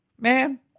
man